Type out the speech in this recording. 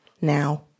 now